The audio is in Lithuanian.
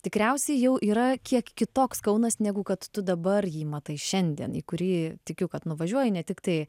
tikriausiai jau yra kiek kitoks kaunas negu kad tu dabar jį matai šiandien į kurį tikiu kad nuvažiuoji ne tiktai